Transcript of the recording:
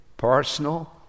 personal